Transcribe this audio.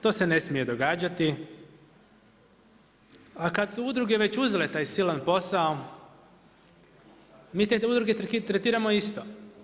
To se ne smije događati, a kada su udruge već uzele taj silan posao, mi te udruge tretiramo isto.